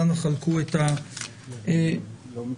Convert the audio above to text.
אנחנו לא מצטרפים.